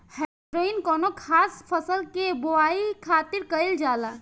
हैरोइन कौनो खास फसल के बोआई खातिर कईल जाला